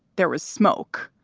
there was smoke.